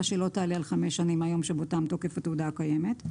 שלא תעלה על חמש שנים מהיום שבו תם תוקף התעודה הקיימת.